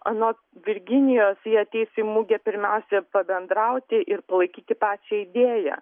anot virginijos ji ateis į mugę pirmiausia pabendrauti ir palaikyti pačią idėją